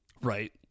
Right